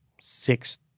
six